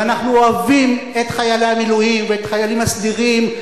ואנחנו אוהבים את חיילי המילואים ואת החיילים הסדירים,